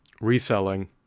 reselling